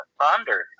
thunder